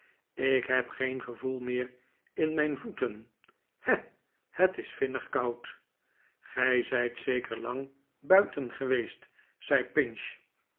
ik heb geen gevoel meer in mijn voeten he het is vinnig koud gij zijt zeker lang buiten geweest zei pinch